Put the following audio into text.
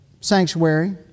sanctuary